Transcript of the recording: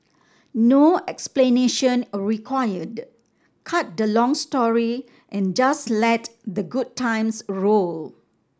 no explanation required cut the long story and just let the good times roll